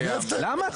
למה?